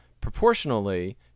proportionally